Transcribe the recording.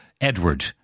Edward